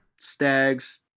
stags